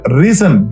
reason